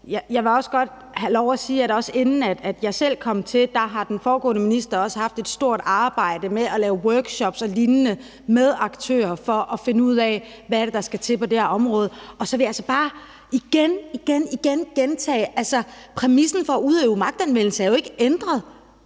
Jeg vil godt have lov at sige, at også inden jeg selv kom til, har den foregående minister haft et stort arbejde med at lave workshops og lignende med aktører for at finde ud af, hvad det er, der skal til på det her område. Og så vil jeg altså bare igen igen gentage, at præmissen for at udøve magtanvendelse jo ikke er ændret